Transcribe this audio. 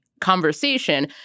conversation